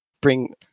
bring